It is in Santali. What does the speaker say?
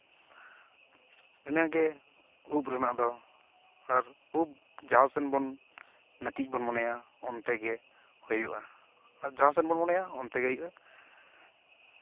ᱤᱱᱟᱹᱜᱮ ᱩᱵ ᱨᱮᱱᱟᱜ ᱫᱚ ᱟᱨ ᱩᱵ ᱡᱟᱦᱟᱸᱥᱮᱱ ᱵᱚᱱ ᱱᱟᱹᱠᱤᱡ ᱵᱚᱱ ᱢᱚᱱᱮᱭᱟ ᱚᱱᱛᱮ ᱜᱮ ᱦᱩᱭᱩᱜᱼᱟ ᱟᱨ ᱡᱟᱦᱟᱸᱥᱮᱱ ᱵᱚᱱ ᱢᱚᱱᱮᱭᱟ ᱚᱱᱛᱮ ᱜᱮ ᱦᱩᱭᱩᱜᱼᱟ